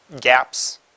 gaps